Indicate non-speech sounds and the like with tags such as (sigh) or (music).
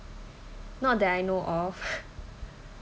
not that I know of (laughs)